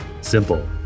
simple